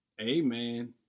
Amen